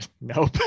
Nope